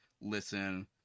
Listen